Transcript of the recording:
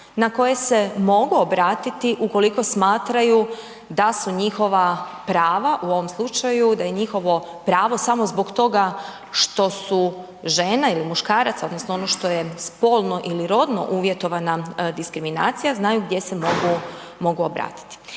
na koje se mogu obratiti ukoliko smatraju da su njihova prava u ovom slučaju da je njihovo pravo samo zbog toga što su žene ili muškarac odnosno ono što je spolno ili rodno uvjetovana diskriminacija, znaju gdje se mogu obratiti.